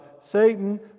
Satan